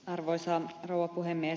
arvoisa rouva puhemies